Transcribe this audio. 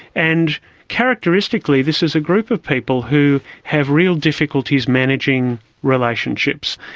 and characteristically this is a group of people who have real difficulties managing relationships.